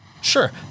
Sure